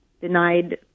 denied